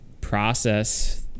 process